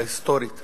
ההיסטורית,